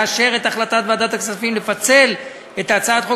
לאשר את החלטת ועדת הכספים לפצל את הצעת חוק